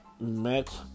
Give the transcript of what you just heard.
met